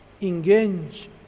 engage